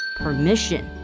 permission